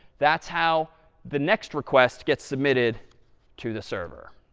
that's how the next request gets submitted to the server.